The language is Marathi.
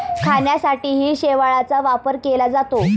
खाण्यासाठीही शेवाळाचा वापर केला जातो